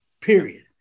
period